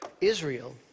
israel